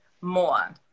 more